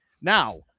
Now